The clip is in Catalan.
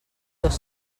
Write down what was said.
dos